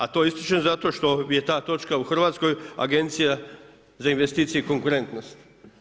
A to ističem zato što je ta točka u Hrvatskoj Agencija za investicije i konkurentnost.